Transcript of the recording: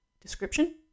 description